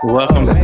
Welcome